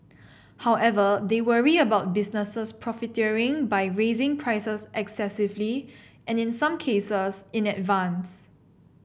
however they worry about businesses profiteering by raising prices excessively and in some cases in advance